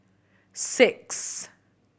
six